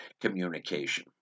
communication